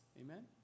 Amen